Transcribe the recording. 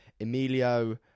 Emilio